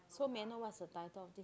so may I know what's the title of this